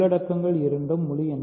உள்ளடக்கங்கள் இரண்டும் முழு எண